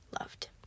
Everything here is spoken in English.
loved